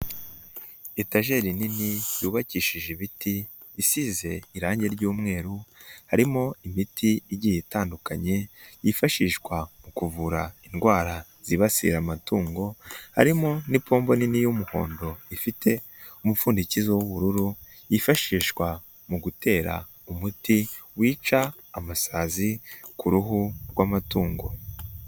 Etageri nini yubakishije ibiti, isize irangi ry'umweru, harimo imiti igiye itandukanye yifashishwa mu kuvura indwara zibasira amatungo, harimo n'ipombo nini y'umuhondo ifite umupfundikizizo w'ubururu, yifashishwa mu gutera umuti wica amasazi ku ruhu rw'amatungo.